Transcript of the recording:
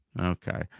Okay